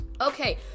Okay